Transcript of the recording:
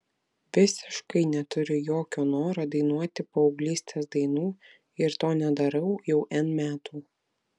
visiškai neturiu jokio noro dainuoti paauglystės dainų ir to nedarau jau n metų